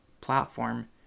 platform